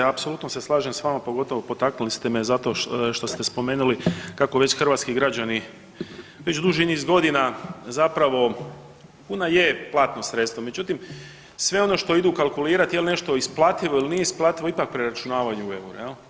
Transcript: Apsolutno se slažem sa vama pogotovo potaknuli ste me zato što ste spomenuli kako već hrvatski građani već duži niz godina zapravo kuna je platno sredstvo, međutim sve ono što idu kalkulirati je li nešto isplativo ili nije isplativo ipak preračunavaju u eure.